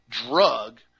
drug